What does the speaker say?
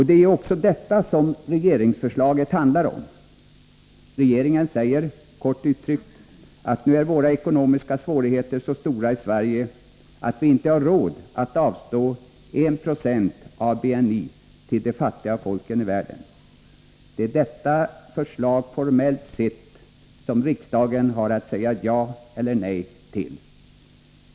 Det är ju också detta som regeringsförslaget handlar om. Regeringen säger, kort uttryckt, att nu är våra ekonomiska svårigheter så stora i Sverige, att vi inte har råd att avstå 1 96 av vår BNI till de fattiga folken i världen. Det är formellt sett detta förslag som riksdagen har att säga ja eller nej till.